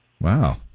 Wow